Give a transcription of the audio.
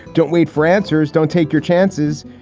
don't wait for answers. don't take your chances.